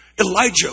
Elijah